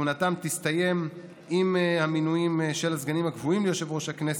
כהונתם תסתיים עם המינויים של הסגנים הקבועים ליושב-ראש הכנסת.